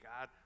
God